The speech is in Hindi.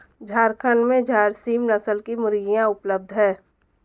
झारखण्ड में झारसीम नस्ल की मुर्गियाँ उपलब्ध है